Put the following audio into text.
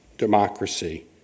democracy